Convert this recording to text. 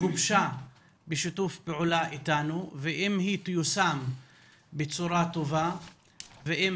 היא גובשה בשיתוף פעולה איתנו ואם היא תיושם בצורה טובה ואם